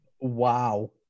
wow